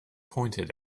pointed